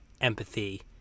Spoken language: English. empathy